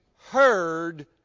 heard